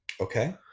okay